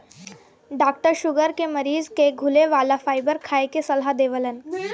doctor sugar के मरीज के धुले वाला फाइबर खाए के सलाह देवेलन